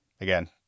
Again